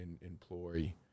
employ